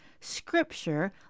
scripture